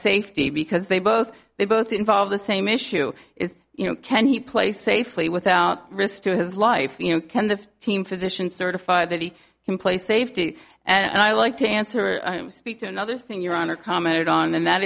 safety because they both they both involve the same issue is you know can he play safely without risk to his life you know can the team physicians certify that he can play safety and i like to answer speak to another thing your honor commented on and that